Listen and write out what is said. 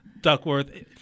Duckworth